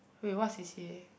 wait what C_C_A